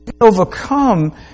overcome